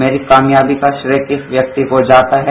मेरी कामयाबी का श्रेय किस व्यक्ति को जाता है